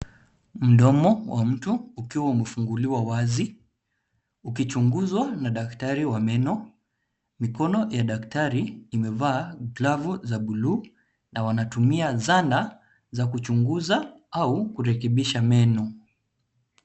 Mdomo wa mtu ukiwa umefunguliwa wazi, ukichunguzwa na daktari wa meno. Mikono ya daktari imevaa glavu za blue , na wanatumia zana za kuchunguza au kurekebisha meno.